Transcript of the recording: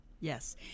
Yes